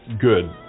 good